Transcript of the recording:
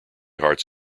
hearts